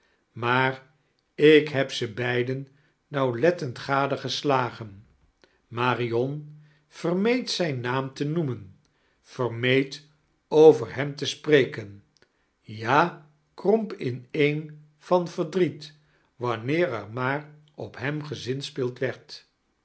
maar ik heb ze beiden nauwlettend gadegeslagen marion vermeed zijn naam te noemen vermeed over hem te spre ken ja bromp ineen van verdriet wanneer er maar op hem gezinspeeld werd